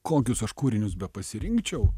kokius aš kūrinius bepasirinkčiau